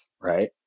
right